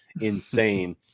insane